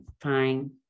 fine